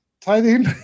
tithing